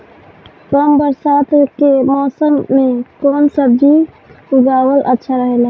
कम बरसात के मौसम में कउन सब्जी उगावल अच्छा रहेला?